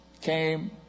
came